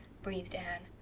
breathed anne.